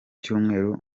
cyumweru